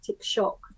shock